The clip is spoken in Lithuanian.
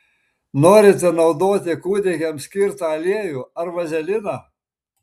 norite naudoti kūdikiams skirtą aliejų ar vazeliną